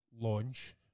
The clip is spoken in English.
launch